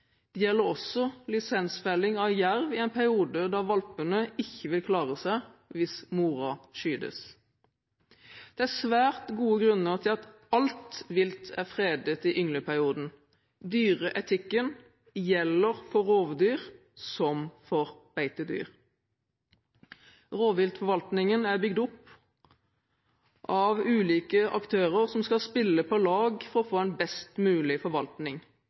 Det gjelder også lisensfelling av jerv i en periode da valpene ikke vil klare seg hvis moren skytes. Det er svært gode grunner til at alt vilt er fredet i yngleperioden. Dyreetikk gjelder for rovdyr som for beitedyr. Rovviltforvaltningen er bygd opp av ulike aktører som skal spille på lag for å få en best mulig forvaltning.